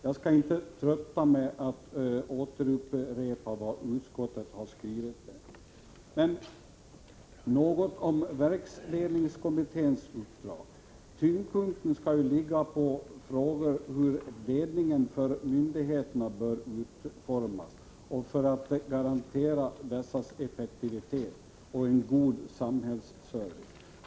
Jag skall inte trötta kammarens ledamöter genom att upprepa vad utskottet har skrivit, men jag vill säga något om verksledningskommitténs uppdrag. Tyngdpunkten skall ligga på frågor om hur ledningen för myndigheten bör organiseras för att garantera effektivitet och en god samhällsservice.